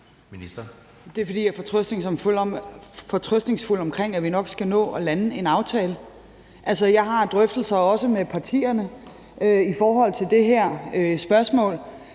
Det er, fordi jeg er fortrøstningsfuld, i forhold til at vi nok skal nå at lande en aftale. Altså, jeg har drøftelser, også med partierne, i forhold til det her spørgsmål.